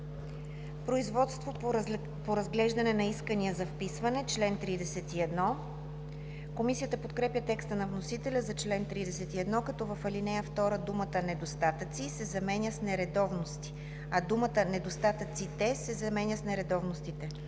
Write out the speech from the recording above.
„Производство по разглеждане на искания за вписване“ – чл. 31“. Комисията подкрепя текста на вносителя за чл. 31, като в ал. 2 думата „недостатъци“ се заменя с „нередовности“, а думата „недостатъците“ се заменя с „нередовностите“.